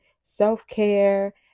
self-care